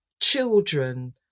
children